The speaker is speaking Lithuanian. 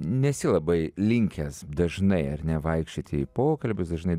nesi labai linkęs dažnai ar ne vaikščioti į pokalbius dažnai